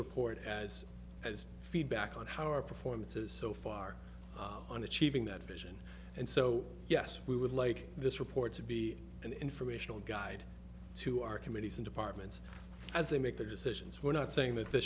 report as as feedback on how our performances so far on achieving that vision and so yes we would like this report to be an informational guide to our committees in departments as they make their decisions we're not saying that th